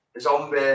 zombie